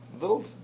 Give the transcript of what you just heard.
little